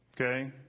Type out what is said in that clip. Okay